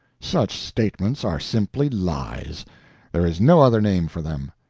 such statements are simply lies there is no other name for them.